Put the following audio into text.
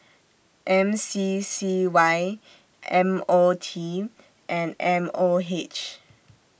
M C C Y M O T and M O H